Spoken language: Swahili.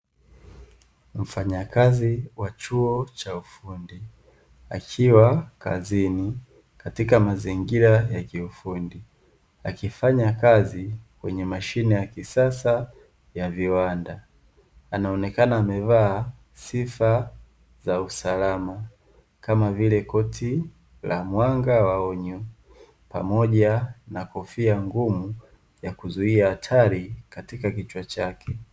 Mfanyakazi wa chuo cha ufundi akiwa kazini katika mazingira ya kiufundi akifanya kazi kwenye mashine ya kisasa ya viwanda. Anaonekana amevaa sifa za usalama kama vile koti la mwanga wa onyo pamoja na kofia ngumu ya kuzuia hatari katika kichwa chake.